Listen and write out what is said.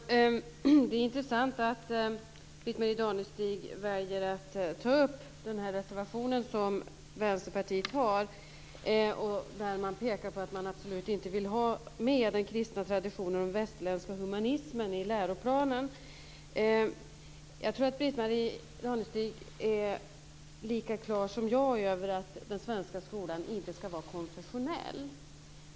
Fru talman! Det är intressant att Britt-Marie Danestig väljer att ta upp Vänsterpartiets reservation, där man pekar på att man absolut inte vill ha med den kristna traditionen och den västerländska humanismen i läroplanen. Jag tror att Britt-Marie Danestig är lika klar som jag över att den svenska skolan inte ska vara konfessionell.